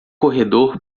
corredor